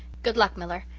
good luck, miller,